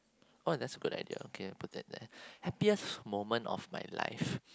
oh that's a good idea okay I'll put that there happiest moment of my life